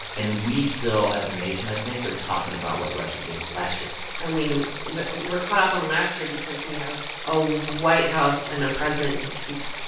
and we still as a nation, i think, are talking about what russia did last year i mean, we're caught up on last year because we have a white house and a president who keeps.